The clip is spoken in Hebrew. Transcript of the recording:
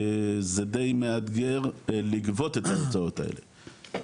זה דיי מאתגר לגבות את ההוצאות האלה,